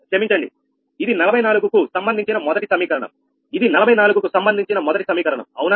క్షమించండి ఇది 44 కు సంబంధించిన మొదటి సమీకరణంఇది 44 కు సంబంధించిన మొదటి సమీకరణం అవునా